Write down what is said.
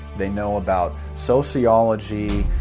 they know about sociology,